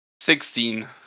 Sixteen